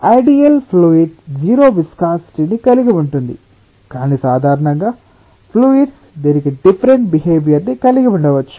ideal fluid 0 విస్కాసిటిను కలిగి ఉంటుంది కానీ సాధారణంగా ఫ్లూయిడ్స్ దీనికి డిఫరెంట్ బిహేవియర్ ని కలిగి ఉండవచ్చు